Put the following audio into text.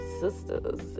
sisters